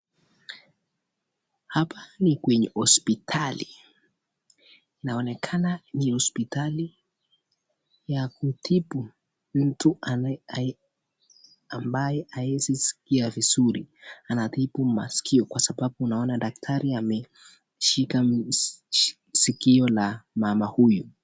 Hapa ni kwenye hospitali. Inaonekana ni hospitali ya kutibu mtu ambaye haezi sikia vizuri anatibu masikio kwa sababu naona daktari ameshika sikio la mama huyu.